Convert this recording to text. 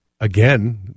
again